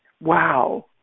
Wow